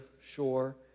shore